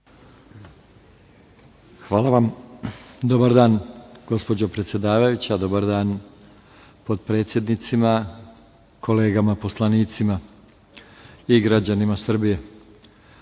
Hvala vam. Dobar dan, gospođo predsedavajuća, dobar dan potpredsednicima, kolegama poslanicima i građanima Srbije.